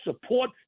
support